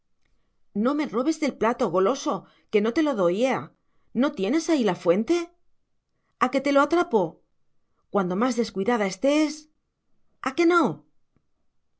no me robes del plato goloso que no te lo doy ea no tienes ahí la fuente a que te lo atrapo cuando más descuidada estés a que no